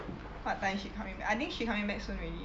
what time she coming back I think she coming back soon already